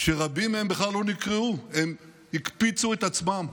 שרבים מהם בכלל לא נקראו, הם הקפיצו את עצמם.